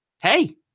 hey